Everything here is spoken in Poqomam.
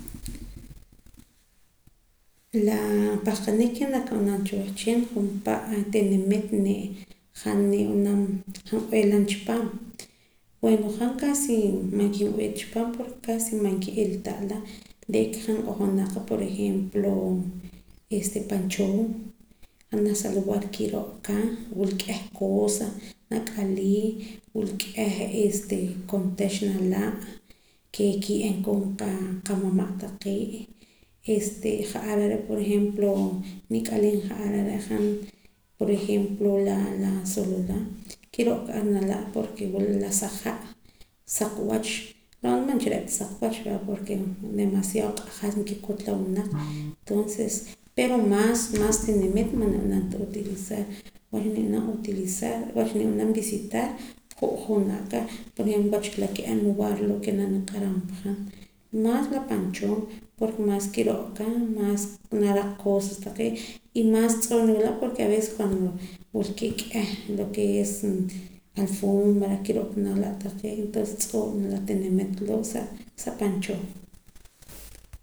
La pahqanik ke naak ab'anam cha wehchin ju'pa' tinimit han b'ehlam chi paam bueno han casi man kinb'ee ta chi paam porke casi man kin'ilata' la re'ka han ojonoq qa por ejemplo este pan choo janaj sa lugar kiro'ka wula k'ieh cosa nat'alii wula k'ieh este koontax nala' ke kiye'em koon qamama' taqee' este ja'ar are' por ejemplo nit'alii ja'ar are' por ejemplo la sololá kir'oka ar nala' porke wula la sa ha' saq wach ro'na man cha re'ta saq wach va porke demasiado q'ajan nkikut la winaq pero maas maas tinimit man nib'anam ta utilizar wach nib'anam utilizar wach nib'anam visitar ju'jun aka por ejemplo la ka'ab' lugar loo' lo ke naak niq'aram pa han maas la pan choo porke maas kiro'ka maas naraq cosas taqee' y maas tz'oo' niwila' porke aveces cuando wulkee' k'ieh lo ke es alfombra kiro'ka nala' taqee' entonce tz'oo' la tinimit loo' sa pan chooo